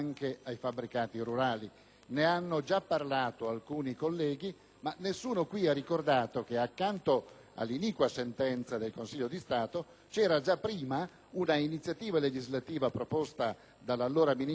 Ne hanno già parlato alcuni colleghi, ma nessuno qui ha ricordato che già prima dell'iniqua sentenza del Consiglio di Stato era stata proposta un'iniziativa legislativa dall'allora ministro Visco del Governo Prodi che